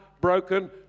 broken